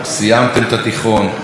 סיימתם את התיכון,